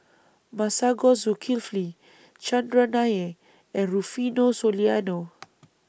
Masagos Zulkifli Chandran Nair and Rufino Soliano